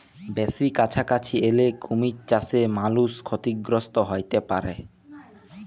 বেসি কাছাকাছি এলে কুমির চাসে মালুষ ক্ষতিগ্রস্ত হ্যতে পারে